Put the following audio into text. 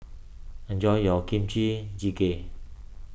enjoy your Kimchi Jjigae